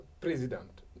president